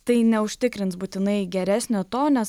tai neužtikrins būtinai geresnio to nes